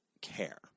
care